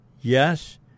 yes